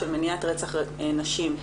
של מניעת רצח נשים,